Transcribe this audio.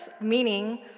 meaning